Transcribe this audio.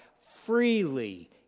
freely